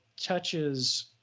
touches